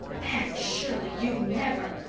anne shirley, you'd never!